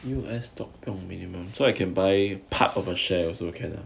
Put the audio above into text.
U_S stock 不用 minimum so I can buy part of a share also can lah